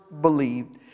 believed